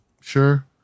sure